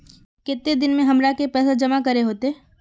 केते दिन में हमरा के पैसा जमा करे होते?